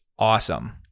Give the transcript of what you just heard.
awesome